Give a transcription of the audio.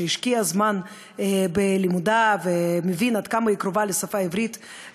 שהשקיע זמן בלימודיו ומבין עד כמה היא קרובה לשפה העברית,